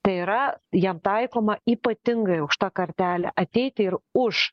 tai yra jam taikoma ypatingai aukšta kartelė ateiti ir už